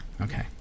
okay